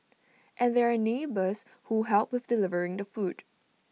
and there are neighbours who help with delivering the food